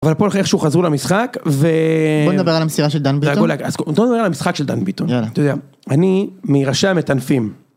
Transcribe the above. אבל פה איך שהוא חזרו למשחק, בוא נדבר על המשחק של דן ביטון, אני מראשי המתנפים.